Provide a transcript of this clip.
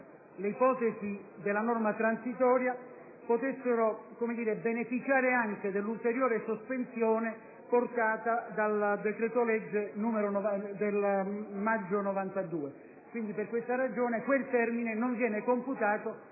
l'ipotesi della norma transitoria potessero beneficiare anche dell'ulteriore sospensione prevista dal decreto‑legge n. 92 del 2008. Per questa ragione quel termine non viene computato